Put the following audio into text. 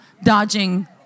dodging